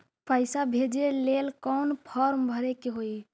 पैसा भेजे लेल कौन फार्म भरे के होई?